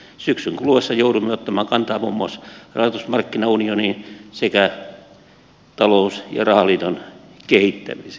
syksyn kuluessa joudumme ottamaan kantaa muun muassa rahoitusmarkkinaunioniin sekä talous ja rahaliiton kehittämiseen